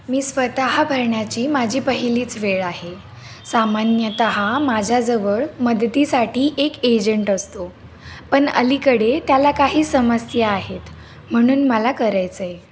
मी स्वतः भरण्याची माझी पहिलीच वेळ आहे सामान्यतः माझ्याजवळ मदतीसाठी एक एजंट असतो पण अलीकडे त्याला काही समस्या आहेत म्हणून मला करायचं आहे